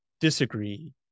disagree